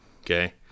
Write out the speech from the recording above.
Okay